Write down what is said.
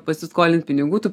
pasiskolint pinigų tu